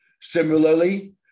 Similarly